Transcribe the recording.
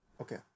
Okay